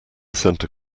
centre